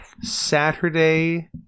Saturday